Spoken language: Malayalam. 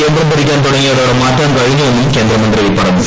കേന്ദ്രം ഭരിക്കാൻ തുടങ്ങിയതോടെ മാറ്റാൻ കഴിഞ്ഞുവെന്നും കേന്ദ്രമന്ത്രി പറഞ്ഞു